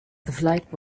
flight